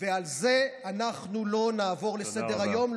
על זה אנחנו לא נעבור לסדר-היום.